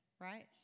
right